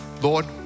Lord